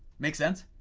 make sense?